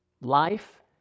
life